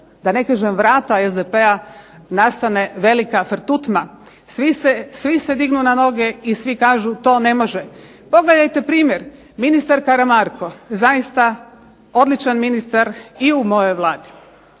da ne kažem vrata SDP-a nastane velika frtutma, svi se dignu na noge i svi kažu to ne može. Pogledajte primjer. Ministar Karamarko, zaista odličan ministar i u mojoj Vladi